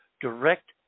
direct